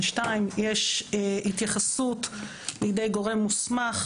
יש התייחסות לידי גורם מוסמך.